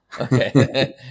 Okay